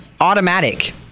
automatic